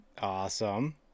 Awesome